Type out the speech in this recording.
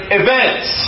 events